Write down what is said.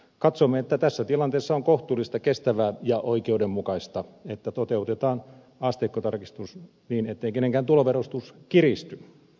katsomme että tässä tilanteessa on kohtuullista kestävää ja oikeudenmukaista että toteutetaan asteikkotarkistus niin ettei kenenkään tuloverotus kiristy